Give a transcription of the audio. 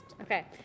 Okay